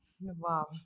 Wow